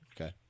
Okay